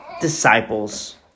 disciples